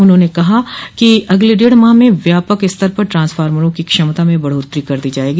उन्होंने बताया कि अगले डेढ़ माह में व्यापक स्तर पर ट्रांसफ़ार्मरो की क्षमता में बढ़ोत्तरी कर दी जायेगी